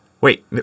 Wait